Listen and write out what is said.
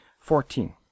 Fourteen